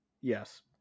yes